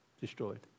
Destroyed